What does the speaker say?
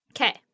Okay